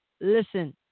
listen